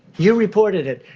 you reported it.